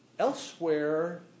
Elsewhere